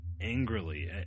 Angrily